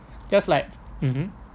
just like mmhmm